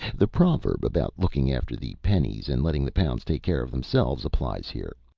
the proverb about looking after the pennies and letting the pounds take care of themselves applies here.